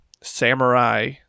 samurai